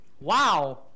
Wow